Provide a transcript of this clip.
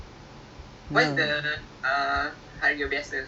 tapi dia punya token hundred and ten